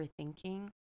overthinking